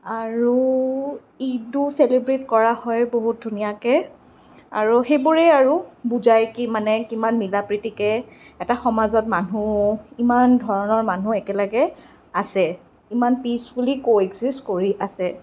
আৰু ঈদো চেলিব্ৰেট কৰা হয় বহুত ধুনীয়াকৈ আৰু সেইবোৰেই আৰু বুজাই কি মানে কিমান মিলা প্ৰীতিকে এটা সমাজত মানুহ ইমান ধৰণৰ মানুহ একেলগে আছে ইমান পিচফুলি ক'এগজিষ্ট কৰি আছে